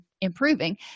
improving